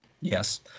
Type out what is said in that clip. Yes